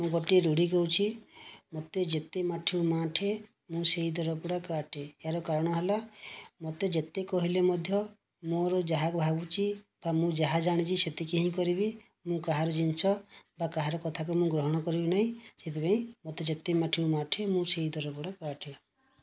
ମୁଁ ଗୋଟିଏ ରୂଢ଼ି କହୁଛି ମୋତେ ଯେତେ ମାଠିବୁ ମାଠ ମୁଁ ସେଇ ଦରପୋଡ଼ା କାଠ ଏହାର କାରଣ ହେଲା ମୋତେ ଯେତେ କହିଲେ ମଧ୍ୟ ମୋର ଯାହା ଭାବୁଛି ବା ମୁଁ ଯାହା ଜାଣିଛି ସେତିକି ହିଁ କରିବି ମୁଁ କାହାର ଜିନିଷ ବା କାହାର କଥାକୁ ମୁଁ ଗ୍ରହଣ କରିବି ନାହିଁ ସେଥିପାଇଁ ମୋତେ ଯେତେ ମାଠିବୁ ମାଠ ମୁଁ ସେଇ ଦରପୋଡ଼ା କାଠ